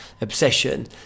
obsession